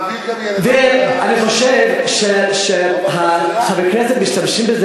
אני חושב שחברי הכנסת משתמשים בזה